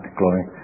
glory